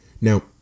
Now